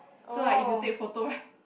so like if you take photo right